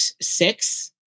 six